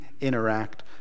interact